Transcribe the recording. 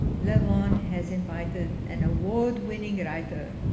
levon has invited an award-winning writer,